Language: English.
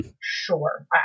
Sure